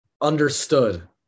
understood